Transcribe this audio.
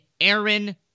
Aaron